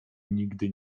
nigdy